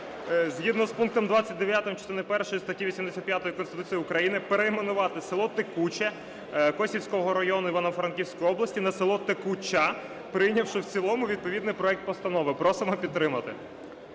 згідно з пунктом 29 частини першої статті 85 Конституції України перейменувати село Текуче Косівського району Івано-Франківської області на село Текуча, прийнявши в цілому відповідний проект постанови. Просимо підтримати.